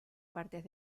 partes